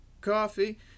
coffee